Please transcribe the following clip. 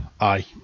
Aye